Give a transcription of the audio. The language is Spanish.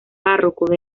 párroco